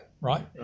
Right